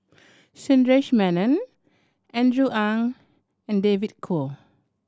Sundaresh Menon Andrew Ang and David Kwo